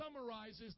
summarizes